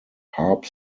harp